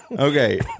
okay